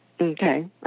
Okay